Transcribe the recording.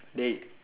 dey